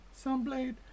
Sunblade